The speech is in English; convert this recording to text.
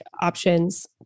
options